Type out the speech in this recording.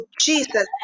Jesus